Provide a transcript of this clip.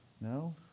No